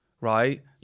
right